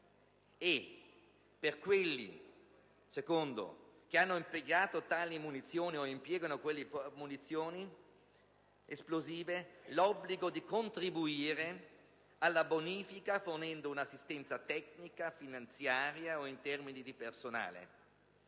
per quelli che hanno impiegato tali munizioni o impiegano tali munizioni esplosive, prevede l'obbligo di contribuire alla bonifica fornendo un'assistenza tecnica, finanziaria o in termini di personale.